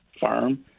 firm